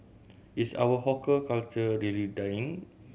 is our hawker culture really dying